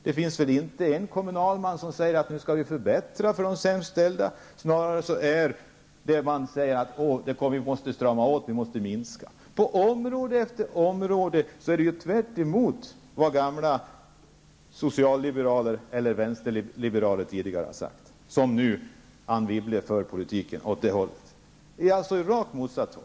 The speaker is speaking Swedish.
Det finns väl inte någon kommunalman som säger att nu skall man förbättra för de sämst ställda, man säger snarare att man måste strama åt och att man måste minska. På område efter område säger man tvärtemot vad gamla socialliberaler och vänsterliberaler tidigare har sagt, när Anne Wibble nu för politiken åt det här hållet. Det är alltså åt rakt motsatt håll.